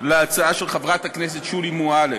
להצעה של חברת הכנסת שולי מועלם.